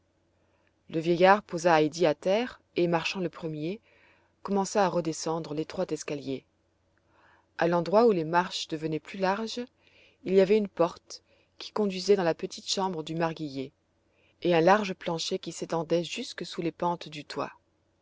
le vieillard posa heidi à terre et marchant le premier commença à redescendre l'étroit escalier a l'endroit où les marches devenaient plus larges il y avait une porte qui conduisait dans la petite chambre du marguillier et un large plancher qui s'étendait jusque sous les pentes du toit